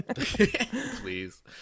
Please